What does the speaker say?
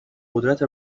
قدرت